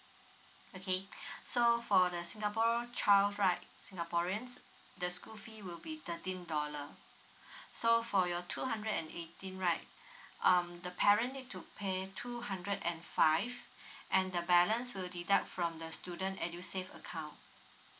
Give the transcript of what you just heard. okay so for the singapore child right singaporeans the school fee will be thirteen dollar so for your two hundred and eighteen right um the parent need to pay two hundred and five and the balance will deduct from the student edusave account